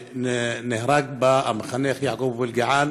שנהרג בהם המחנך יעקב אבו אלקיעאן